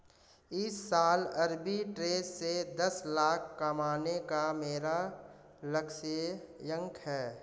इस साल आरबी ट्रेज़ से दस लाख कमाने का मेरा लक्ष्यांक है